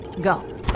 Go